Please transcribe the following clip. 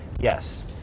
yes